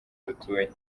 dutuye